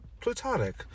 platonic